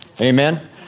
Amen